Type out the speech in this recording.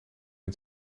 het